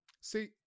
See